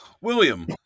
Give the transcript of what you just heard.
William